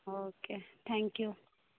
okay thank you